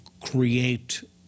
create